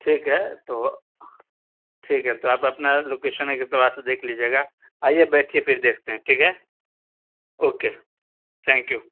ٹھیک ہے تو ٹھیک ہے تو آپ اپنا لوکیشن ایک اعتبار سے دیکھ لیجیے گا آئیے بیٹھئے پھر دیکھتے ہیں ٹھیک ہے اوکے تھینک یو